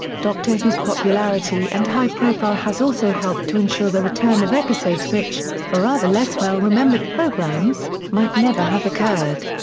doctor who's popularity and high profile has also helped to ensure the return of episodes which, for other less well-remembered programmes, might never have occurred.